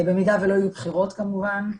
במידה שלא יהיו בחירות כמובן.